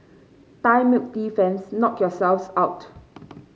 thai milk tea fans knock yourselves out